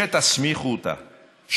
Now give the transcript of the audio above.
שתסמיכו אותה,